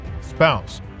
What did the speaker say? spouse